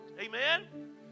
Amen